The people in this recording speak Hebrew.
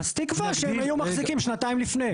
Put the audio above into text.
אז תקבע שהם מחזיקים שנתיים לפני.